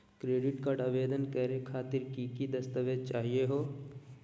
Credit card आवेदन करे खातिर की की दस्तावेज चाहीयो हो?